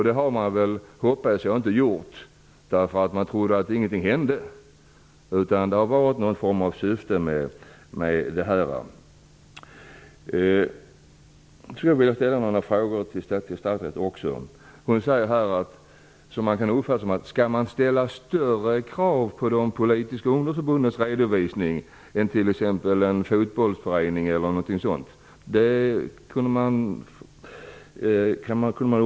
Det hoppas jag att man inte har gjort därför att man trodde att ingenting hände, utan därför att åtgärderna har haft någon form av syfte. Efter att ha hört civilministerns svar undrar jag om man skall ställa större krav på de politiska ungdomsförbundens redovisningar än på t.ex. en fotbollsförenings redovisningar.